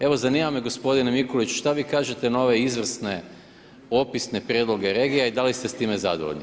Evo zanima me gospodine Mikulić šta vi kažete na ove izvrsne opisne prijedloge regija i da li ste s time zadovoljni?